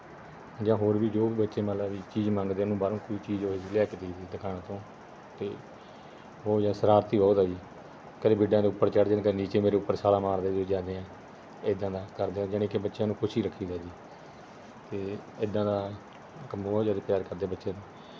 ਜਾਂ ਹੋਰ ਵੀ ਜੋ ਵੀ ਬੱਚੇ ਮਤਲਬ ਵੀ ਚੀਜ਼ ਮੰਗਦੇ ਉਹਨਾਂ ਨੂੰ ਬਾਹਰੋਂ ਕੋਈ ਚੀਜ਼ ਉਹ ਜਿਹੀ ਲਿਆ ਕੇ ਦਈ ਦੀ ਦੁਕਾਨ ਤੋਂ ਅਤੇ ਬਹੁਤ ਜ਼ਿਆਦਾ ਸ਼ਰਾਰਤੀ ਬਹੁਤ ਆ ਜੀ ਕਦੇ ਬੈੱਡਾਂ ਦੇ ਉੱਪਰ ਚੜ੍ਹ ਜਾਣ ਕਦੇ ਨੀਚੇ ਮੇਰੇ ਉੱਪਰ ਛਾਲਾਂ ਮਾਰਦੇ ਜਦੋਂ ਵੀ ਜਾਂਦੇ ਹਾਂ ਇੱਦਾਂ ਦਾ ਕਰਦੇ ਆ ਜਾਣੀ ਕਿ ਬੱਚਿਆਂ ਨੂੰ ਖੁਸ਼ ਹੀ ਰੱਖੀਦਾ ਜੀ ਅਤੇ ਇੱਦਾਂ ਦਾ ਇੱਕ ਬਹੁਤ ਜ਼ਿਆਦਾ ਪਿਆਰ ਕਰਦੇ ਆ ਬੱਚੇ ਨੂੰ